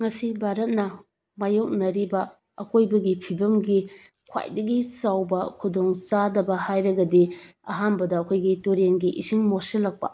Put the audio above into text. ꯉꯁꯤ ꯚꯥꯔꯠꯅ ꯃꯥꯏꯌꯣꯛꯅꯔꯤꯕ ꯑꯈꯣꯏꯕꯒꯤ ꯐꯤꯚꯝꯒꯤ ꯈ꯭ꯋꯥꯏꯗꯒꯤ ꯆꯥꯎꯕ ꯈꯨꯗꯣꯡꯆꯥꯗꯕ ꯍꯥꯥꯏꯔꯒꯗꯤ ꯑꯍꯥꯟꯕꯗ ꯑꯩꯈꯣꯏꯒꯤ ꯇꯨꯔꯦꯜꯒꯤ ꯏꯁꯤꯡ ꯄꯣꯠꯁꯤꯜꯂꯛꯄ